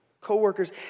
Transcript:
coworkers